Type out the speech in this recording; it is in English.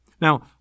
now